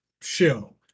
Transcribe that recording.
show